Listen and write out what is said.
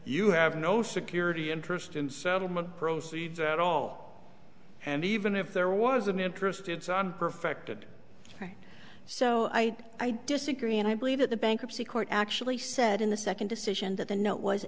you have no security interest in settlement proceeds at all and even if there was an interest it's on perfected so i disagree and i believe that the bankruptcy court actually said in the second decision that the note was